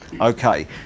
Okay